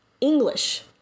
English